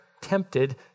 tempted